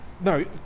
No